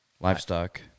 Livestock